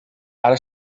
ara